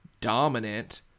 dominant